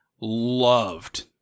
loved